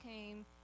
came